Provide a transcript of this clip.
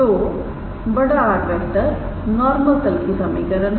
तो𝑅⃗ normal तल की समीकरण है